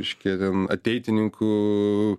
reiškia ten ateitininkų